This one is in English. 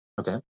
okay